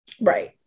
Right